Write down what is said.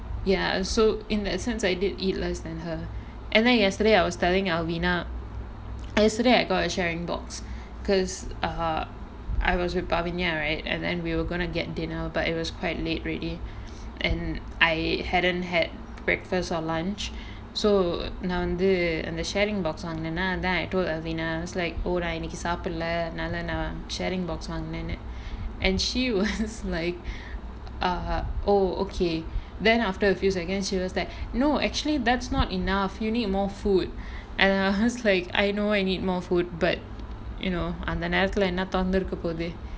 ya so in that sense I did eat less than her and then yesterday I was telling alvena yesterday I got a sharing box because err I was with pamania right and then we were gonna get dinner but it was quite late already and I hadn't had breakfast or lunch so நா வந்து அந்த:naa vanthu antha sharing box வாங்குனனா:vangunanaa then I told alvena it's like oh நா இன்னைக்கு சாபுடல அதுனால நா:naa innaikku saapudala athunaala naa sharing box வாங்குனேன்னு:vaangunaennu and she was like err oh okay then after a few seconds she was like no actually that's not enough you need more food and err I was like I know I need more food but you know அந்த நேரத்துல என்ன தொறந்து இருக்க போது:antha nerathula enna thoranthu irukka pothu